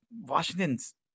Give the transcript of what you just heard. Washington's